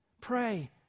Pray